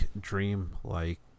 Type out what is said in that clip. dream-like